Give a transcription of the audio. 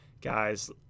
guys